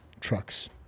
trucks